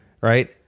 right